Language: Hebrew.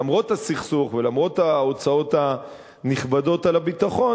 למרות הסכסוך ולמרות ההוצאות הנכבדות על הביטחון,